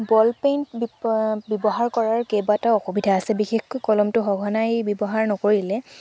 বল pen ব্যৱহাৰ কৰাৰ কেইবাটাও অসুবিধা আছে বিশেষকৈ কলমটো সঘনাই ব্যৱহাৰ নকৰিলে